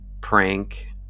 prank